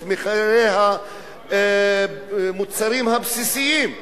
את מחירי המוצרים הבסיסיים,